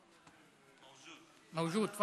מווג'וד.